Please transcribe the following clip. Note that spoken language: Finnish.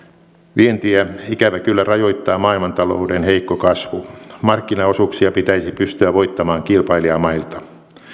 vientiä ikävä kyllä rajoittaa maailmantalouden heikko kasvu markkinaosuuksia pitäisi pystyä voittamaan kilpailijamailta